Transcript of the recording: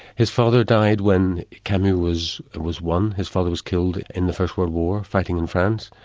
his father died when camus was was one his father was killed in the first world war, fighting in france.